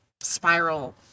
spiral